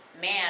man